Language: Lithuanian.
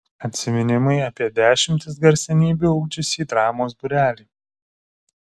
atsiminimai apie dešimtis garsenybių ugdžiusį dramos būrelį